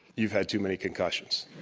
you've had too many concussions.